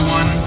one